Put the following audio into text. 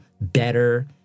better